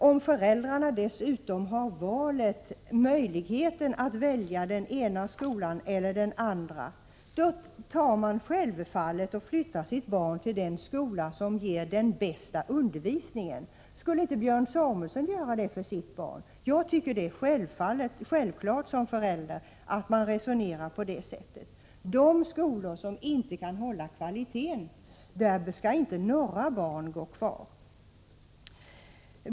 Om föräldrarna dessutom har möjligheten att välja den ena skolan eller den andra flyttar de självfallet sitt barn till den skola som ger den bästa undervisningen. Skulle inte Björn Samuelson göra det med sitt barn? Jag tycker det är självklart att man som förälder resonerar på det sättet. I de skolor som inte kan hålla kvaliteten skall inte några barn gå kvar.